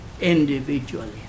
individually